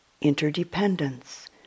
interdependence